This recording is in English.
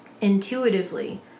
intuitively